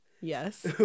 Yes